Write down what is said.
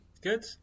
good